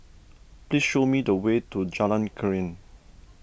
please show me the way to Jalan Krian